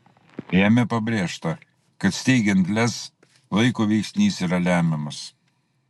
jame pabrėžta kad steigiant lez laiko veiksnys yra lemiamas